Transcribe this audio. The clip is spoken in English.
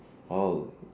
all